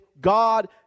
God